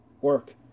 work